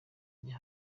ajya